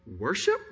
Worship